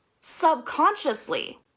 subconsciously